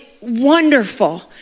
wonderful